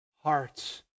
Hearts